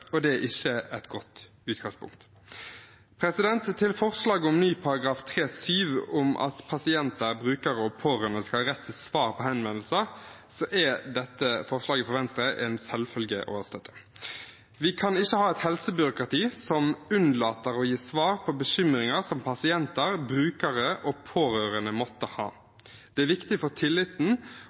og det er ikke et godt utgangspunkt. Til forslaget om ny § 3-7, om at pasienter, brukere og pårørende skal ha rett til svar på henvendelser, så er dette forslaget fra Venstre en selvfølge å støtte. Vi kan ikke ha et helsebyråkrati som unnlater å gi svar på bekymringer pasienter, brukere og pårørende måtte ha. Det er viktig for tilliten